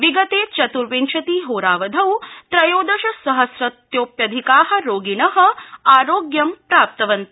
विगते चत्र्विंशति होरावधौ त्रयोदश सहस्रतोप्याधिका रोगिण आरोग्यम् प्राप्तवन्त